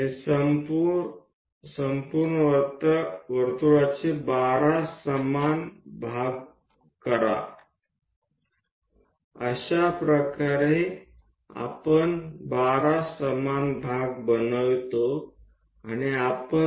તે માટે આપણે આ પૂરા વર્તુળને 12 સમાન ભાગોમાં વહેંચીશું